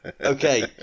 Okay